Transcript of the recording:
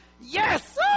yes